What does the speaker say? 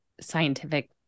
scientific